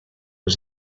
was